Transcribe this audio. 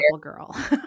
girl